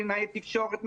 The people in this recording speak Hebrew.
קלינאי תקשורת,